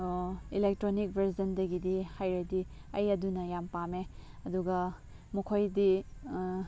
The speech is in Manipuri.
ꯑꯦꯂꯦꯛꯇ꯭ꯔꯣꯅꯤꯛ ꯕꯔꯖꯟꯗꯒꯤꯗꯤ ꯍꯥꯏꯔꯗꯤ ꯑꯩ ꯑꯗꯨꯅ ꯌꯥꯝ ꯄꯥꯝꯃꯦ ꯑꯗꯨꯒ ꯃꯈꯣꯏꯗꯤ